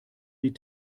die